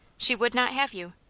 she would not have you,